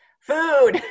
Food